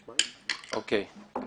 אוקי.